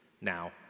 now